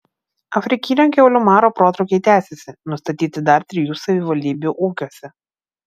afrikinio kiaulių maro protrūkiai tęsiasi nustatyti dar trijų savivaldybių ūkiuose